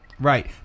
right